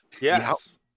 Yes